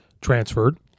transferred